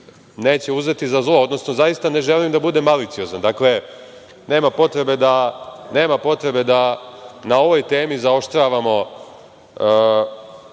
neće uzeti za zlo, odnosno zaista ne želim da budem maliciozan. Nema potrebe da na ovoj temi zaoštravamo